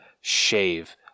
shave